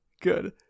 good